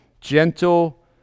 gentle